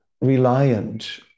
reliant